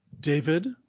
David